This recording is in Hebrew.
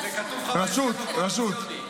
זה כתוב לך בהסכם הקואליציוני.